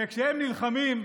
ושהם נלחמים,